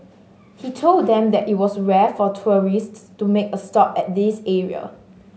he told them that it was rare for tourists to make a stop at this area